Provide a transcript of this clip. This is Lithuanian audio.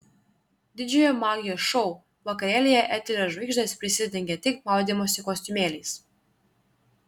didžiojo magijos šou vakarėlyje eterio žvaigždės prisidengė tik maudymosi kostiumėliais